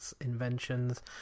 inventions